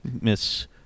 Miss